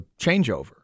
changeover